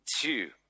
two